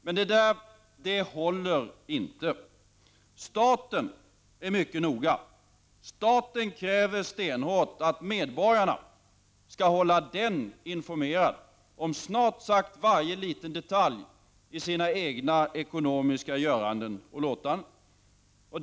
Men dessa argument håller inte. Staten är mycket noga. Staten ställer stenhårda krav på att medborgarna skall kunna hålla den informerad om snart sagt varje liten detalj i deras ekonomiska göranden och låtanden.